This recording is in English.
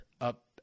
up